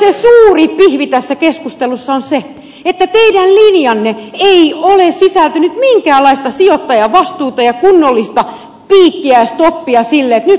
mutta se suuri pihvi tässä keskustelussa on se että teidän linjanne ei ole sisältänyt minkäänlaista sijoittajan vastuuta ja kunnollista piikkiä ja stoppia sille että nyt loppui